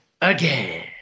again